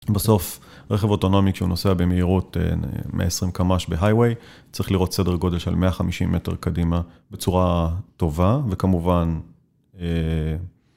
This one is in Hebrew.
בסוף, רכב אוטונומי כשהוא נוסע במהירות מ-20 קמ״ש בהיי ווי , צריך לראות סדר גודל של 150 מטר קדימה בצורה טובה, וכמובן...